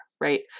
Right